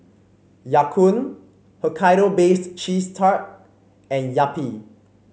Ya Kun Hokkaido Baked Cheese Tart and Yupi